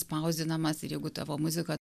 spausdinamas ir jeigu tavo muzika